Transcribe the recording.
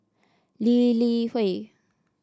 Lee Li Hui